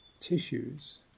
tissues